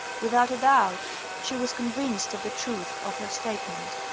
without a doubt she was convinced of the truth of her statement.